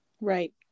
Right